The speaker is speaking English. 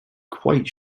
quite